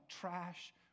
trash